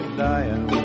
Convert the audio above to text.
dying